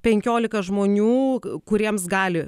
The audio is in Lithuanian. penkiolika žmonių kuriems gali